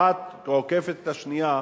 אחת עוקפת את השנייה.